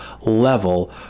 level